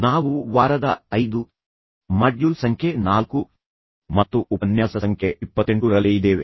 ನಾವು ವಾರದ 5 ಮಾಡ್ಯೂಲ್ ಸಂಖ್ಯೆ 4 ಮತ್ತು ಉಪನ್ಯಾಸ ಸಂಖ್ಯೆ 28 ರಲ್ಲಿ ಇದ್ದೇವೆ